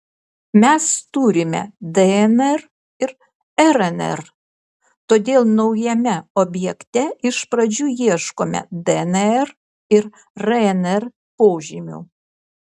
mes turime dnr ir rnr todėl naujame objekte iš pradžių ieškome dnr ir rnr požymių